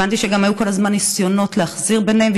הבנתי שגם היו כל הזמן ניסיונות לפייס ביניהם,